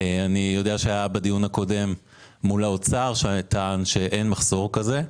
אני יודע שבדיון הקודם האוצר טען שאין מחסור כזה.